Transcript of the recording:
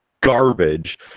garbage